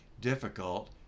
difficult